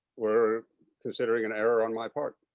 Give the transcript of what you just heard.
we're considering an error on my part.